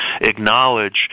acknowledge